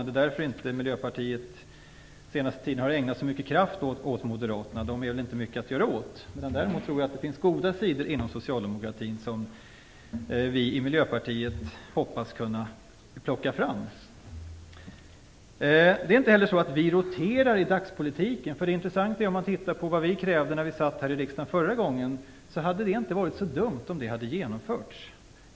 Det är därför som Miljöpartiet under den senaste tiden inte har ägnat så mycket kraft åt moderaterna. De är inte mycket att göra någonting åt. Däremot finns det goda sidor inom socialdemokratin som vi i Miljöpartiet hoppas kunna plocka fram. Det är inte heller så att vi roterar i dagspolitiken. Om man ser på vad vi krävde när vi satt här i riksdagen förra gången hade det inte varit så dumt om våra förslag hade genomförts.